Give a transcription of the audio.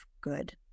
good